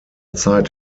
zeit